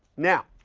now,